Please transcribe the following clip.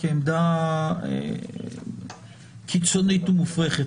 עמדה קיצונית ומופרכת.